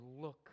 look